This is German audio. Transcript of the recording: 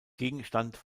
gegenstand